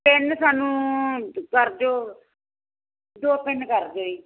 pin ਸਾਨੂੰ ਕਰ ਦਿਓ ਦੋ ਪੈਨ ਕਰ ਦਿਓ ਜੀ